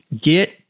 Get